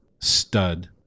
stud